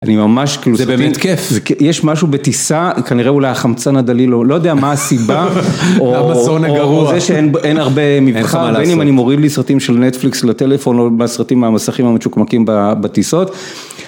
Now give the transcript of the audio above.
אני ממש כאילו. זה באמת כיף. יש משהו בטיסה, כנראה אולי החמצן הדליל, לא יודע מה הסיבה. למה זה עונה גרועה. או זה שאין הרבה מבחר, בין אם אני מוריד לי סרטים של נטפליקס לטלפון או מהסרטים המסכים המצ'וקמקים בטיסות.